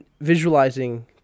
visualizing